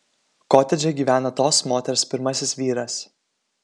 kotedže gyvena tos moters pirmasis vyras